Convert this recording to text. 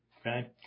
okay